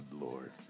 lord